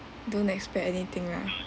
don't expect anything lah